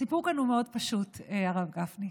הסיפור כאן הוא מאוד פשוט, הרב גפני: